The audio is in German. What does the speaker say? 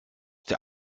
der